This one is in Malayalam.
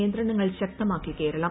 നിയന്ത്രണങ്ങൾ ശക്തമാക്കി ്കേരളം